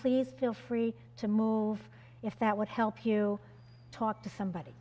please feel free to move if that would help you talk to somebody